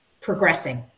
progressing